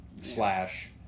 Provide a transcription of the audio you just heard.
slash